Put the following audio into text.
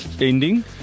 ending